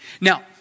Now